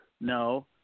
no